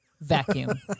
vacuum